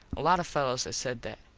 a lot of fellos has said that.